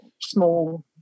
small